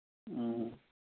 ꯑꯣ